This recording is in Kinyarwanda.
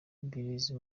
mibirizi